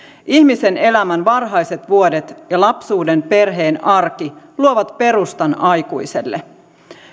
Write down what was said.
ihmisen elämän varhaiset vuodet ja lapsuuden perheen arki luovat perustan aikuiselle